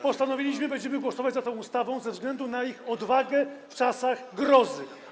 Postanowiliśmy, że będziemy głosować za tą ustawą, ze względu na ich odwagę w czasach grozy.